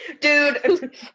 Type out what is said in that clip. dude